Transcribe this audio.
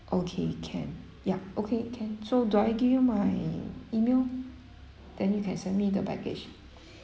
okay can yup okay can so do I give you my email then you can send me the package